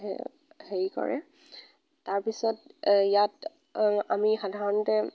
হেৰি কৰে তাৰপিছত এই ইয়াত আমি সাধাৰণতে